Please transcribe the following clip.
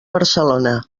barcelona